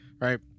right